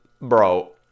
Bro